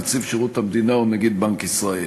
נציב שירות המדינה או נגיד בנק ישראל.